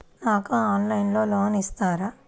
నాకు ఆన్లైన్లో లోన్ ఇస్తారా?